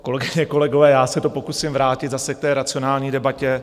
Kolegyně, kolegové, já se to pokusím vrátit zase k racionální debatě.